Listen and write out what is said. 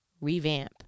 Revamp